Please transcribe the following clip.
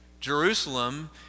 Jerusalem